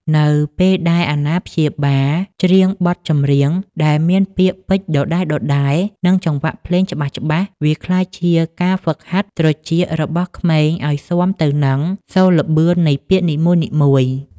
នៅពេលដែលអាណាព្យាបាលច្រៀងបទចម្រៀងដែលមានពាក្យពេចន៍ដដែលៗ និងចង្វាក់ភ្លេងច្បាស់ៗ វាក្លាយជាការហ្វឹកហាត់ត្រចៀករបស់ក្មេងឱ្យស៊ាំទៅនឹងសូរល្បឿននៃពាក្យនីមួយៗ។